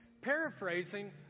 Paraphrasing